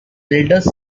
eldest